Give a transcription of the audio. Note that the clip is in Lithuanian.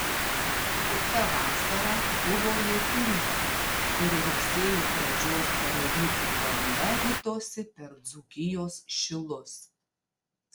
kita vasara buvo lietinga ir rugsėjo pradžios baravykų banga ritosi per dzūkijos šilus